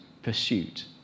pursuit